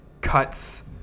cuts